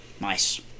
Nice